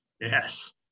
yes